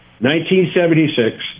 1976